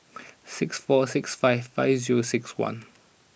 six four six five five zero six one